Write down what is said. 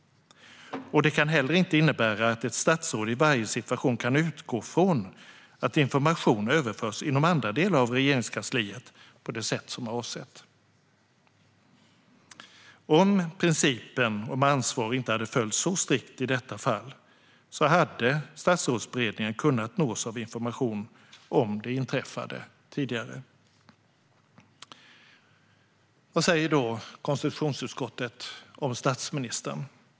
Det kan heller inte innebära att ett statsråd i varje situation kan utgå från att information överförs inom andra delar av Regeringskansliet på det sätt som är avsett. Om principen om ansvar inte hade följts så strikt i detta fall hade Statsrådsberedningen kunnat nås av information om det inträffade tidigare. Vad säger då konstitutionsutskottet om statsministern?